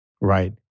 Right